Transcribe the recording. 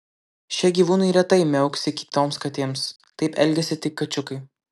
šie gyvūnai retai miauksi kitoms katėms taip elgiasi tik kačiukai